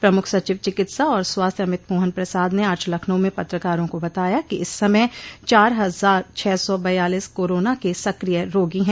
प्रमुख सचिव चिकित्सा और स्वास्थ्य अमित मोहन प्रसाद ने आज लखनऊ में पत्रकारों को बताया कि इस समय चार हजार छह सौ बयालीस कोरोना के सक्रिय रोगी है